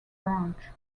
branch